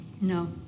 No